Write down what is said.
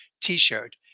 t-shirt